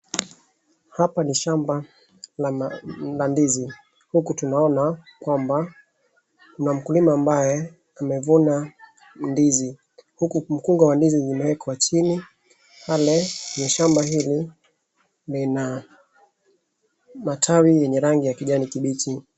Hapa ni shamba la ndizi. Huku tunaona kwamba kuna mkulima ambaye amevuna ndizi. Huku mkungu wa ndizi umewekwa chini. Pale shamba hili lina matawi yenye rangi ya kijani kibichi.